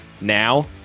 Now